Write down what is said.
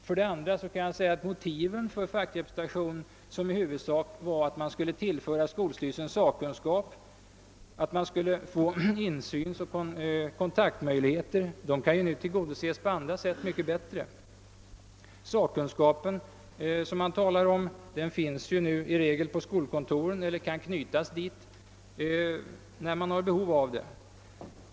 För det andra kan motivet för fackrepresentation, som i huvudsak var, att man skulle tillföra skolstyrelsen sakkunskap och få insyn och kontaktmöj ligheter, nu på andra sätt tillgodoses mycket bättre. Sakkunskapen finns nu i regel på skolkontoren eller kan knytas dit, när den behövs.